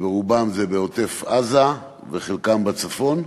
רובם בעוטף-עזה וחלקם בצפון.